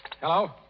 Hello